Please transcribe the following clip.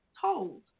told